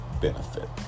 benefit